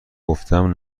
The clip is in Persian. گفتهام